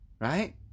right